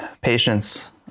patience